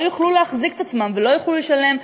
יוכלו להחזיק את עצמם ולא יוכלו לשלם,